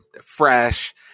fresh